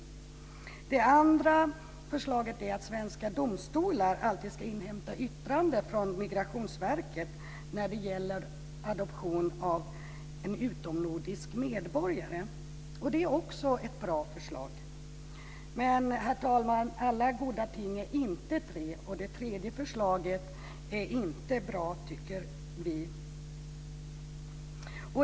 Det andra förslaget är att svenska domstolar alltid ska inhämta yttrande från Migrationsverket när det gäller adoption av en utomnordisk medborgare. Det är också ett bra förslag. Men, herr talman, alla goda ting är inte tre. Det tredje förslaget är inte bra, tycker vi.